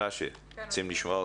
מנשה לוי.